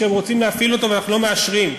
שהם רוצים להפעיל אותו ואנחנו לא מאשרים,